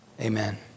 Amen